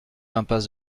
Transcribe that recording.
impasse